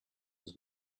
was